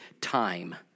time